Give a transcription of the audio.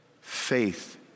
faith